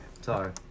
Sorry